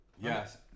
Yes